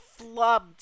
flubbed